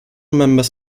members